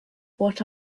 what